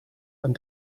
and